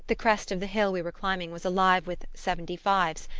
the crest of the hill we were climbing was alive with seventy-fives,